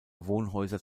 wohnhäuser